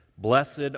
Blessed